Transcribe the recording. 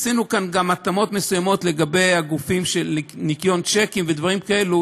עשינו כאן גם התאמות מסוימות לגבי הגופים של ניכיון צ'קים ודברים כאלה,